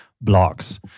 blocks